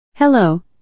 Hello